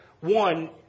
One